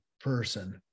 person